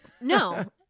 No